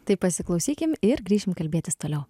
tai pasiklausykim ir grįšim kalbėtis toliau